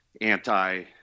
anti